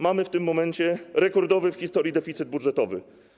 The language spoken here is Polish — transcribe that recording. Mamy w tym momencie rekordowy w historii deficyt budżetowy.